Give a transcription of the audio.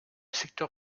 secteur